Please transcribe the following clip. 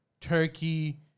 Turkey